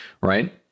right